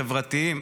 חברתיים,